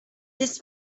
this